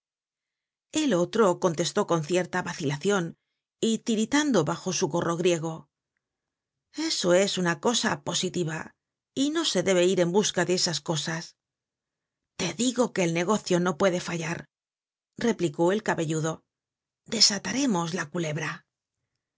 el otro contestó con cierta vacilacion y tiritando bajo su gorro griego eso es una cosa positiva y no se debe ir en busca de esas cosas te digo que el negocio no puede fallar replicó el cabelludo desataremos la culebra